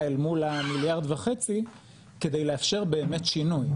אל מול המיליארד וחצי כדי לאפשר באמת שינוי.